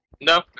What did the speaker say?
no